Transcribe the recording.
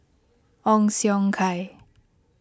Ong Siong Kai